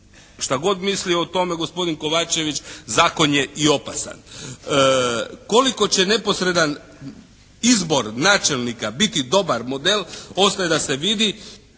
šta god mislio o tome gospodin Kovačević, zakon je i opasan. Koliko će neposredan izbor načelnika biti dobar model ostaje da se vidi.